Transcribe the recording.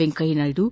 Venkaiah Naidu